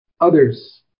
others